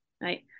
right